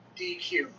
DQ